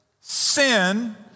sin